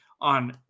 on